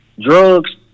drugs